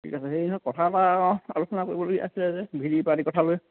ঠিক আছে হেৰি নহয় কথা এটা ন আলোচনা কৰিবলৈ আছে যে কথালৈ